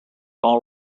all